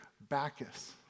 Bacchus